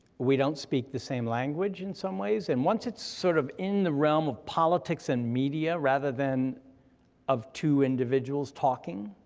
we don't speak the same language in some ways, and once it's sort of in the realm of politics and media rather than of two individuals talking,